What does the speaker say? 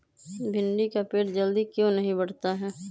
भिंडी का पेड़ जल्दी क्यों नहीं बढ़ता हैं?